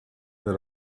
per